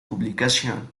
publicación